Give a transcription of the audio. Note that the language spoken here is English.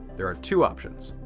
there are two options,